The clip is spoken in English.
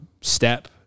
step